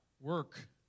work